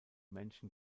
männchen